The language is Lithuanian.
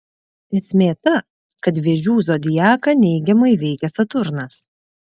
esmė ta kad vėžių zodiaką neigiamai veikia saturnas